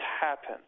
happen